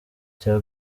cya